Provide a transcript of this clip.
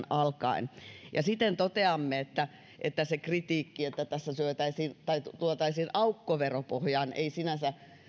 alkaen siten toteamme että että se kritiikki että tässä tuotaisiin aukko veropohjaan ei sinänsä